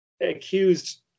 accused